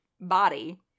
body